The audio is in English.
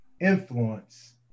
influence